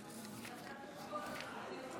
אני קובע שהצעת חוק המקרקעין (תיקון,